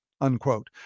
unquote